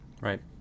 Right